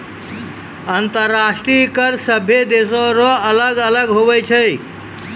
अंतर्राष्ट्रीय कर सभे देसो रो अलग अलग हुवै छै